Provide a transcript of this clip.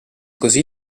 così